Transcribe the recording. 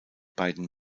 beiden